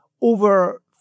over